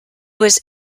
was